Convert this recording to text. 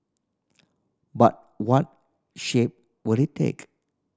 but what shape will it take